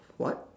what